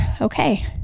okay